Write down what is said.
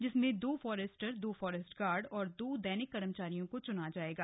इसमें दो फॉरेस्टर दो फोरेस्ट गार्ड और दो दैनिक कर्मचारियों को चुना जाएगा